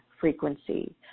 Frequency